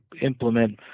implement